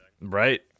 Right